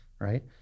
right